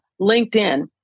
LinkedIn